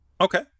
Okay